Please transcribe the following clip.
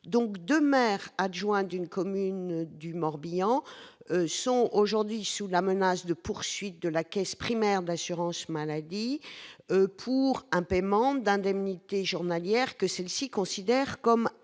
Deux adjoints au maire d'une commune du Morbihan sont aujourd'hui sous la menace de poursuites de la caisse primaire d'assurance maladie- la CPAM -à cause du paiement d'indemnités journalières que celle-ci considère comme indu.